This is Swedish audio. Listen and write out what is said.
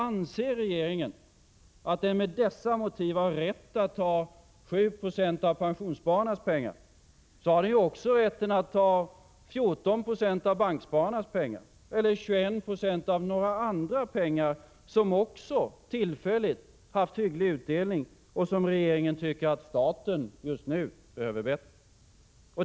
Anser regeringen att den med dessa motiv har rätt att ta 7 20 av pensionsspararnas pengar, har den också rätt att ta 14 26 av bankspararnas pengar eller 21 90 av några andra pengar som också tillfälligt haft hygglig utdelning och som regeringen tycker att staten just nu behöver bättre.